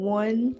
one